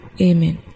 Amen